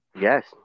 yes